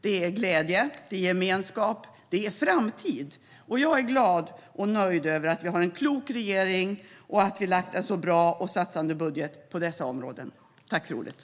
Det är glädje, det är gemenskap och det är framtid. Jag är glad och nöjd över att vi har en klok regering och att vi lagt fram en så bra och satsande budget på dessa två områden.